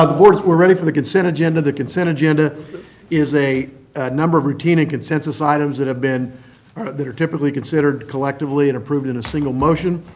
ah the board we're ready for the consent agenda. the consent agenda is a number of routine and consensus items that have been that are typically considered collectively and approved in a single motion.